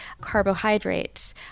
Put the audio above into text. carbohydrates